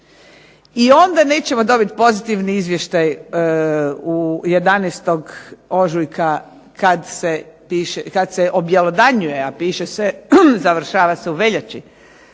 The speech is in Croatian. I onda nećemo dobiti pozitivni izvještaj 11. Ožujka kad se objelodanjuje, a piše se, završava se u veljači